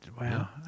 wow